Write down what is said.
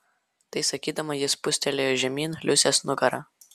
tai sakydama ji spustelėjo žemyn liusės nugarą